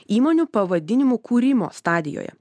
įmonių pavadinimų kūrimo stadijoje